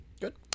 Good